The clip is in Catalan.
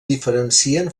diferencien